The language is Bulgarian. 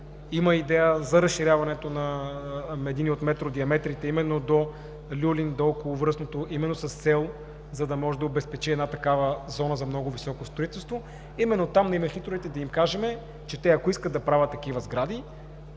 има идея за разширяването на единия от метродиаметрите, именно до Люлин, до Околовръстното шосе, именно с цел да може да обезпечи една такава зона за много високо строителство, именно там на инвеститорите да им кажем, че ако те искат да правят такива сгради,